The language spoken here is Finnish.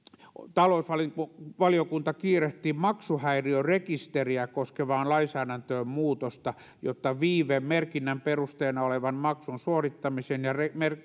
talousvaliokunta kiirehtii maksuhäiriörekisteriä koskevaan lainsäädäntöön muutosta jotta viive merkinnän perusteena olevan maksun suorittamisen ja